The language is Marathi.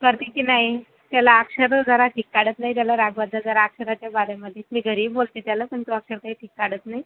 करते की नाही त्याला अक्षरं जरा ठीक काढत नाही त्याला रागवत जा जरा अक्षराच्या बारेमध्ये मी घरीही बोलते त्याला पण तो अक्षर काही ठीक काढत नाही